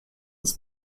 ins